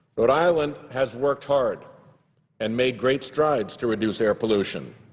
rhode island has worked hard and made great strides to reduce air pollution.